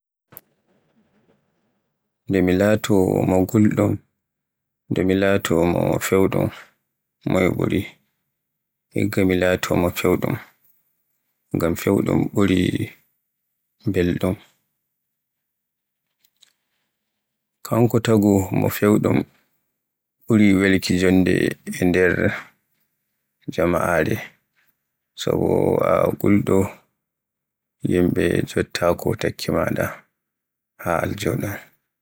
Nde mi laato mo golɗum e nde mi laato me fewɗum moye ɓuri. Igga mi laato mo fewɗum, ngam fewɗum ɓuri belɗum. Kanko taagu mo fewɗum ɓuri welde jonde e nder jama'are, so bo a gulɗo yimɓe joɗaatako e takki maaɗa haa aljo ɗon.